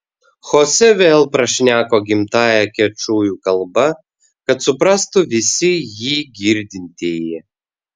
chosė vėl prašneko gimtąja kečujų kalba kad suprastų visi jį girdintieji